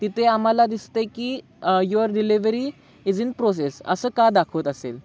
तिथे आम्हाला दिसत आहे की your delivery is in process असं का दाखवत असेल